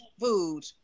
food